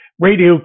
Radio